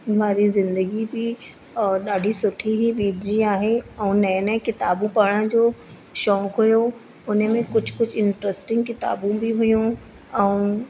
वारी ज़िंदगी बि ॾाढी सुठी ई बीतजी आहे ऐं नएं नएं किताबूं पढ़ण जो शौक़ु हुयो उन में कुझु कुझु इंट्रेस्टिंग किताबूं बि हुयूं ऐं